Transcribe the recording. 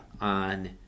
on